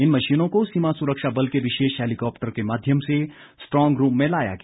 इन मशीनों को सीमा सुरक्षा बल के विशेष हेलिकॉप्टर के माध्यम से स्ट्रॉन्ग रूम में लाया गया